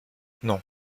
non